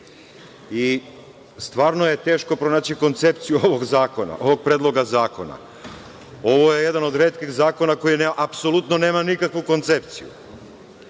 stvarno je teško pronaći koncepciju ovog zakona, ovog predloga zakona. Ovo je jedan od retkih zakona koji apsolutno nema nikakvu koncepciju. Moram